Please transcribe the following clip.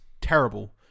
terrible